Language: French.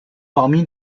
parmi